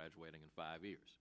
graduating in five years